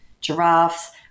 giraffes